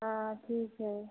हाँ ठीक है